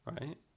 Right